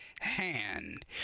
hand